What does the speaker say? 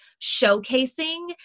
showcasing